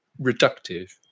reductive